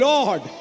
Lord